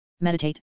meditate